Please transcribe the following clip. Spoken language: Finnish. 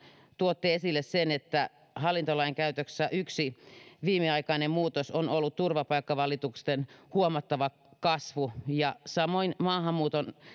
tuotte esille sen että hallintolainkäytössä yksi viimeaikainen muutos on ollut turvapaikkavalitusten huomattava kasvu ja samoin maahanmuuton